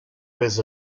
his